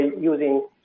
using